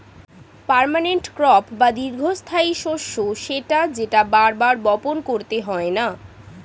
permanent crop বা দীর্ঘস্থায়ী শস্য সেটা যেটা বার বার বপণ করতে হয়না